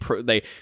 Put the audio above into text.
they-